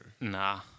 Nah